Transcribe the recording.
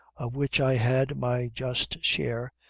of which i had my just share,